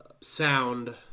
sound